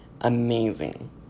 amazing